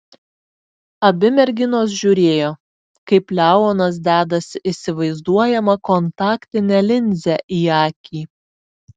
abi merginos žiūrėjo kaip leonas dedasi įsivaizduojamą kontaktinę linzę į akį